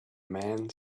man